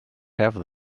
have